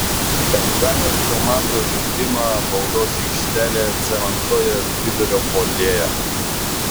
kazanės komandos žaidimą baudos aikštelėje cementuoja vidurio puolėjas